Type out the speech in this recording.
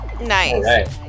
Nice